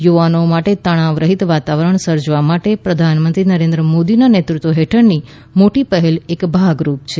યુવાનો માટે તણાવ રહિત વાતાવરણ સર્જવા માટે પ્રધાનમંત્રી નરેન્દ્ર મોદીના નેતૃત્વ હેઠળની મોટી પહેલ એક ભાગરૃપે છે